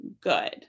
good